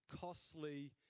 costly